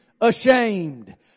ashamed